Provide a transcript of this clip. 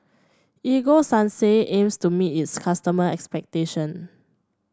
Ego Sunsense aims to meet its customer expectation